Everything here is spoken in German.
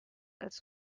als